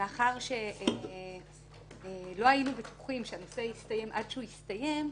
מאחר שלא היינו בטוחים שהנושא יסתיים עד שהוא הסתיים,